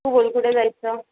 बोल कुठे जायचं